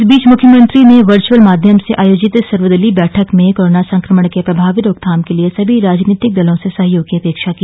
इस बीच मुख्यमंत्री ने वर्चअल माध्यम से आयोजित सर्वदलीय बैठक में कोरोना संक्रमण के प्रभावी रोकथाम के लिए सभी राजनीतिक दलों से सहयोग की अपेक्षा की